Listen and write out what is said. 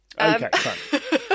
Okay